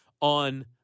on